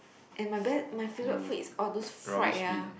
and my b~ my favourite food is all those fried ah